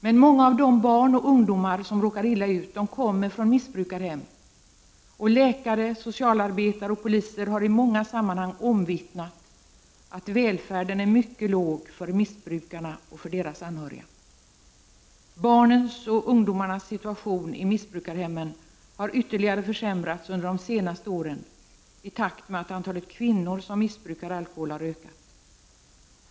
Men många av de barn och ungdomar som råkar illa ut kommer från missbrukarhem. Läkare, socialarbetare och poliser har i många sammanhang omvittnat att välfärden är mycket låg bland missbrukarna och deras anhö riga. Barnens och ungdomarnas situation i missbrukarhemmen har ytterligare försämrats under de senaste åren i takt med att antalet kvinnor som missbrukar alkohol har ökat.